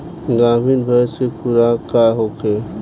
गाभिन भैंस के खुराक का होखे?